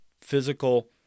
physical